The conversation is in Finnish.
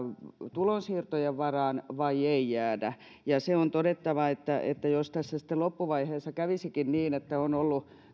tulonsiirtojen varaan vai ei ja se on todettava että että jos tässä sitten loppuvaiheessa kävisikin niin että on ollut